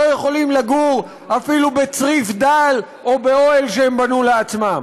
לא יכולים לגור אפילו בצריף דל או באוהל שהם בנו לעצמם.